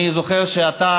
אני זוכר שאתה,